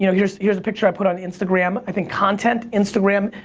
you know here's here's a picture i put on instagram. i think content, instagram,